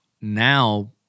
now